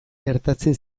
gertatzen